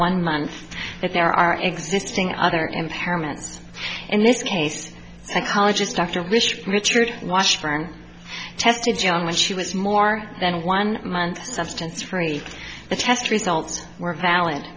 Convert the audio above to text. one month that there are existing other impairments in this case ecologist dr mr richard washburn tested young when she was more than one month substance free the test results were valid